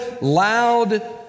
loud